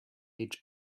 each